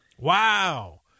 Wow